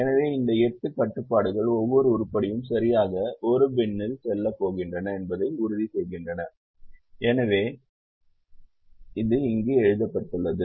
எனவே இந்த 8 கட்டுப்பாடுகள் ஒவ்வொரு உருப்படியும் சரியாக 1 பின்யில் செல்லப் போகின்றன என்பதை உறுதிசெய்கின்றன எனவே இங்கே எழுதப்பட்டுள்ளது